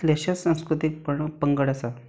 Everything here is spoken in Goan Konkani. अशे कितलेशेंच संस्कृतीक पण पंगड आसात